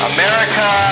America